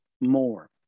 more